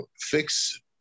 Fix